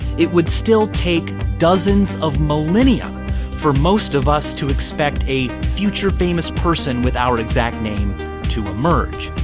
it would still take dozens of millennia for most of us to expect a future famous person with our exact name to emerge.